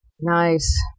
Nice